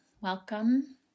welcome